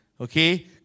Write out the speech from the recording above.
okay